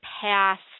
passed